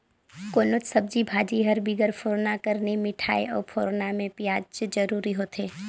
कोनोच सब्जी भाजी हर बिगर फोरना कर नी मिठाए अउ फोरना में पियाज जरूरी होथे